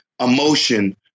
emotion